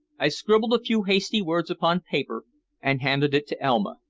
i scribbled a few hasty words upon paper and handed it to elma.